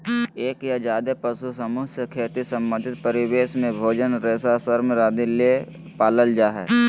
एक या ज्यादे पशु समूह से खेती संबंधित परिवेश में भोजन, रेशा, श्रम आदि ले पालल जा हई